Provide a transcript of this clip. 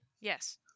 Yes